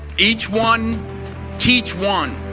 each one teach one